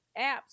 apps